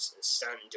stand